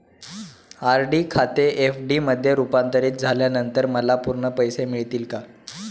RD खाते FD मध्ये रुपांतरित झाल्यानंतर मला पूर्ण पैसे मिळतील का?